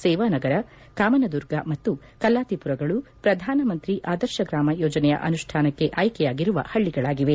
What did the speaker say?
ಸೇವಾನಗರ ಕಾಮನದುರ್ಗ ಮತ್ತು ಕಲ್ಲಾತಿಪುರಗಳು ಪ್ರಧಾನಮಂತ್ರಿ ಆದರ್ಶ ಗ್ರಾಮ ಯೋಜನೆಯ ಅನುಷ್ವಾನಕ್ಕೆ ಆಯ್ಕೆಯಾಗಿರುವ ಹಳ್ಳಿಗಳಾಗಿವೆ